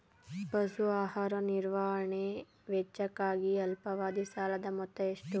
ಪಶು ಆಹಾರ ನಿರ್ವಹಣೆ ವೆಚ್ಚಕ್ಕಾಗಿ ಅಲ್ಪಾವಧಿ ಸಾಲದ ಮೊತ್ತ ಎಷ್ಟು?